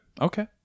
Okay